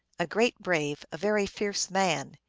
a great brave, a very fierce man.